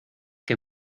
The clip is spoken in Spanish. que